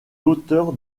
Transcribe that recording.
l’auteur